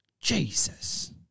Jesus